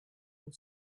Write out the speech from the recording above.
and